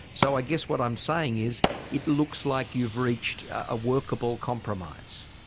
so i guess what i'm saying is it looks like you've reached a workable compromise.